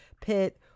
Pitt